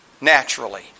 naturally